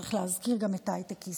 צריך להזכיר גם את ההייטקיסטים,